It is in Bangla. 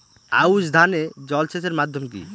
আউশ ধান এ জলসেচের মাধ্যম কি?